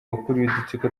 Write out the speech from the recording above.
udutsiko